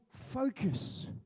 focus